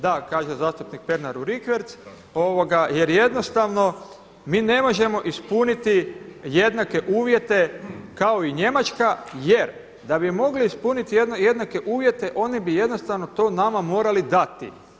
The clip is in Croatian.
Da, kaže zastupnik Pernar u rikverc jer jednostavno mi ne možemo ispuniti jednake uvjete kao i Njemačka jer da bi mogli ispuniti jednake uvjete oni bi jednostavno to nama morali dati.